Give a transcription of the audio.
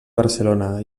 barcelona